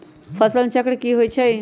फसल चक्र की होई छै?